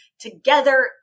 Together